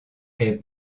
est